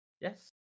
Yes